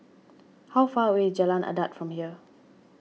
how far away is Jalan Adat from here